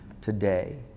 today